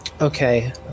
okay